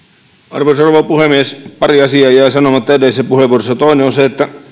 arvoisa rouva puhemies pari asiaa jäi sanomatta edellisessä puheenvuorossa toinen on se että